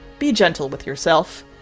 be gentle with yourself.